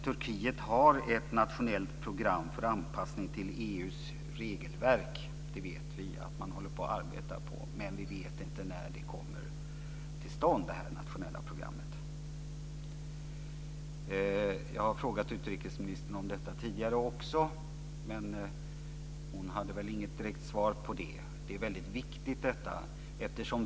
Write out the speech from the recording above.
Turkiet har ett nationellt program för anpassning till EU:s regelverk. Det vet vi att man arbetar med, men vi vet inte när det nationella programmet kommer till stånd. Jag har frågat utrikesministern om detta tidigare, men hon hade inte något direkt svar på det. Det är viktigt.